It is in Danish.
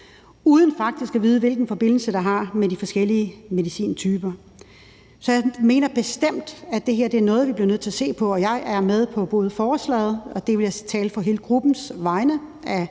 uden faktisk at vide, hvilken forbindelse det har med de forskellige medicintyper. Så jeg mener bestemt, at det her er noget, vi bliver nødt til at se på, og jeg er med på forslaget, og der taler jeg på hele gruppens vegne –